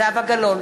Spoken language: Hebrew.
זהבה גלאון,